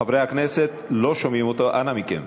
חברי הכנסת, לא שומעים אותו, אנא מכם.